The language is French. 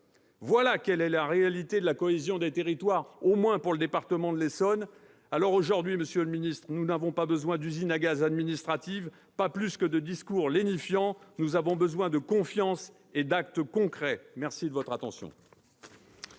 Voilà quelle est la réalité de la cohésion des territoires, au moins dans le département de l'Essonne. Alors aujourd'hui, monsieur le ministre, nous n'avons pas besoin d'usine à gaz administrative, pas plus que de discours lénifiants. Nous avons besoin de confiance et d'actes concrets ! La parole est